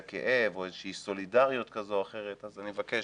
כאב או איזה שהיא סולידריות כזו או אחרת אז אני מבקש,